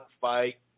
fight